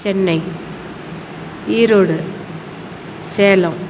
Chennai Erode Salem